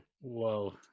Whoa